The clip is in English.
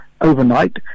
overnight